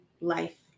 life